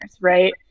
right